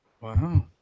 Wow